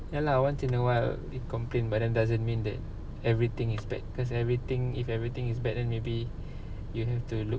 ya lah once in awhile you complain but that doesn't mean that everything is bad because everything if everything is bad then maybe you have to look